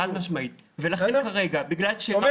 חד משמעית, חד משמעית.